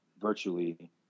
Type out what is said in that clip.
virtually